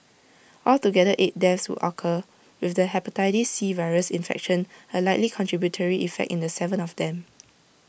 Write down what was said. altogether eight deaths would occur with the Hepatitis C virus infection A likely contributory factor in Seven of them